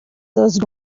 these